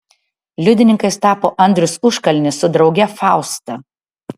liudininkais tapo andrius užkalnis su drauge fausta